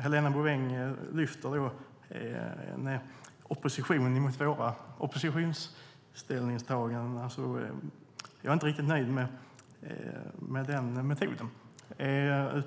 Helena Bouveng lyfter fram oppositionens ställningstaganden. Jag är inte riktigt nöjd med den metoden.